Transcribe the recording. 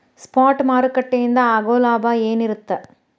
Spot ಮಾರುಕಟ್ಟೆಯಿಂದ ಆಗೋ ಲಾಭ ಏನಿರತ್ತ?